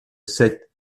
cet